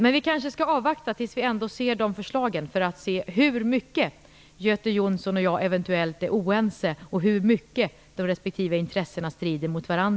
Men vi skall kanske avvakta tills vi ser de förslag som kommer för att se hur mycket Göte Jonsson och jag eventuellt är oense och hur mycket de respektive intressena strider mot varandra.